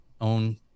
own